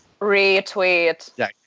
Retweet